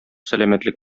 сәламәтлек